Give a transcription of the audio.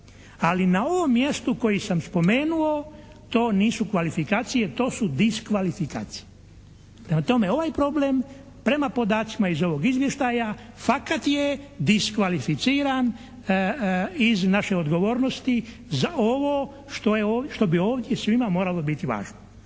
Ali na ovom mjestu koji sam spomenuo to nisu kvalifikacije to su diskvalifikacije. Prema tome, ovaj problem prema podacima iz ovog izvještaja fakat je diskvalificiran iz naše odgovornosti iz naše odgovornosti za ovo što bi ovdje svima moralo biti važno.